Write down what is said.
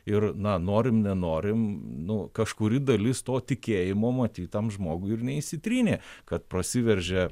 ir na norim nenorim nu kažkuri dalis to tikėjimo matyt tam žmogui ir neišsitrynė kad prasiveržia